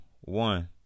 one